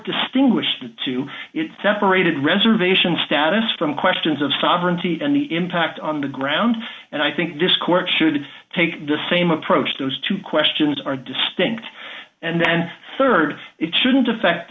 distinguish the two it separated reservation status from questions of sovereignty and the impact on the ground and i think this court should take the same approach those two questions are distinct and then rd it shouldn't affect